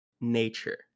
nature